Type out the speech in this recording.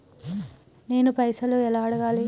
నేను పైసలు ఎలా అడగాలి?